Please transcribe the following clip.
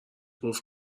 گفت